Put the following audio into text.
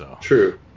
True